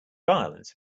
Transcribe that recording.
violence